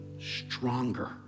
stronger